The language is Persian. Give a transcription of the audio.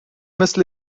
مثل